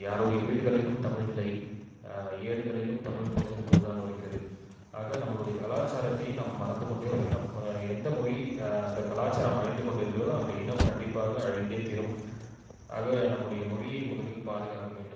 யாருடைய வீடுகளிலும் தமிழ் இல்லை ஏடுகளிலும் தமிழ் குறைந்து கொண்டு தான் வருகிறது ஆக நம்முடைய கலாசாரத்தையும் நம் மறந்து கொண்டே வருகிறோம் எந்த மொழி அந்த கலாச்சாரம் அழிந்து கொண்டே இருக்கிறதோ அந்த இனம் கண்டிப்பாக அழிந்தே தீரும் ஆக நம்முடைய மொழியை முதல் பாதுகாக்க வேண்டும்